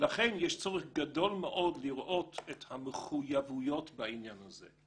לכן יש צורך גדול מאוד לראות את המחויבויות בעניין הזה.